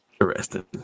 Interesting